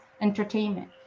entertainment